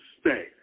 stay